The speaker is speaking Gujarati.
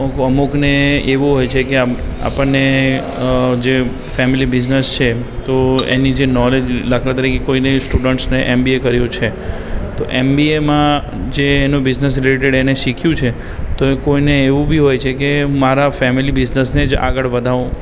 અમુકને એવું હોય છે કે આ આપણને જે ફૅમિલી બિઝનેસ છે તો એની જે નૉલેજ દાખલા તરીકે કોઈ સ્ટુડન્ટ્સને એમ બી એ કર્યું છે તો એમ બી એમાં જે એનો બિઝનસ રીલેટેડ એને શીખ્યું છે તો કોઈને એવું બી હોય છે કે મારા ફૅમિલી બિઝનસને જ આગળ વધાવું